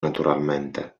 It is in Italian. naturalmente